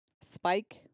Spike